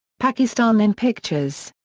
pakistan in pictures.